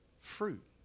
fruit